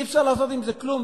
אי-אפשר לעשות עם זה כלום.